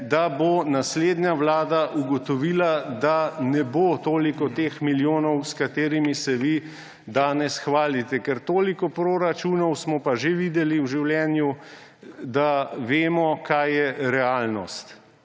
da bo naslednja vlada ugotovila, da ne bo toliko teh milijonov, s katerimi se vi danes hvalite. Ker toliko proračunov smo pa že videli v življenju, da vemo, kaj je realnost.